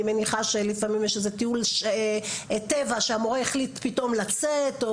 אני מניחה שלפעמים יש איזה טיול טבע שהמורה החליט פתאום לצאת,